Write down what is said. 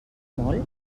molt